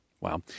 Wow